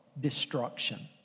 destruction